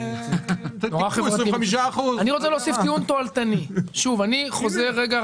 עליהם קנס של 25%. אני רוצה להוסיף טיעון תועלתני.